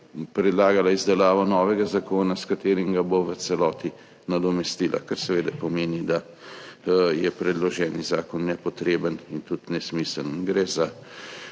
predlagala izdelavo novega zakona, s katerim ga bo v celoti nadomestila. Kar seveda pomeni, da je predloženi zakon nepotreben in tudi nesmiseln. Gre za